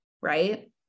right